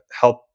help